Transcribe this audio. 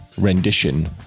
rendition